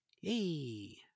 Hey